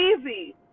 easy